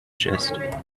jest